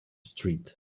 street